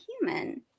Human